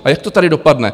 A jak to tady dopadne?